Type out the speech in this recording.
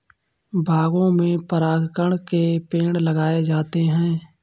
बागों में परागकण के पेड़ लगाए जाते हैं